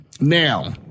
Now